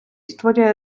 створює